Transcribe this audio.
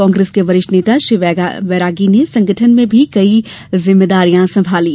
कांग्रेस के वरिष्ठ नेता श्री बैरागी ने संगठन में भी कई जिम्मेदारियां संभाली